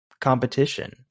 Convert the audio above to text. competition